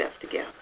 together